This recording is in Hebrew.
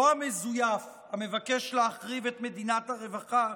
לא המזויף, המבקש להחריב את מדינת הרווחה: